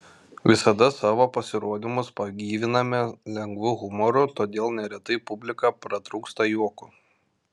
visada savo pasirodymus pagyviname lengvu humoru todėl neretai publika pratrūksta juoku